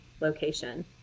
location